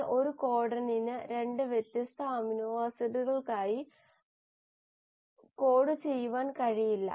എന്നാൽ ഒരു കോഡണിന് 2 വ്യത്യസ്ത അമിനോ ആസിഡുകൾക്കായി കോഡ് ചെയ്യാൻ കഴിയില്ല